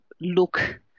look